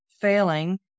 failing